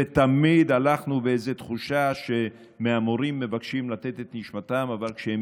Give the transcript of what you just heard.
ותמיד הלכנו באיזו תחושה שמהמורים מבקשים לתת את נשמתם אבל כשהם